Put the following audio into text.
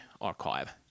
archive